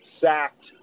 sacked